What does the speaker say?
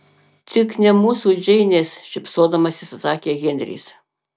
tik ne mūsų džeinės šypsodamasis atsakė henris